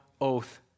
oath